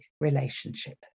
relationship